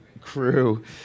crew